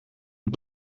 het